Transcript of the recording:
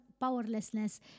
powerlessness